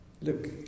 Look